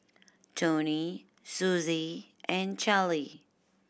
Toni Sussie and Charlee